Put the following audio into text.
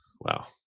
Wow